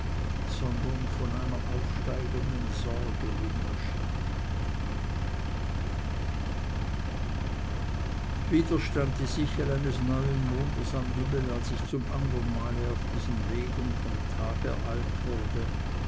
sondern von einer aufsteigenden sorge wie mir schien wieder stand die sichel eines neuen mondes am himmel als ich zum andern male auf diesen wegen vom tag ereilt wurde